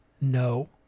No